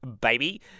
baby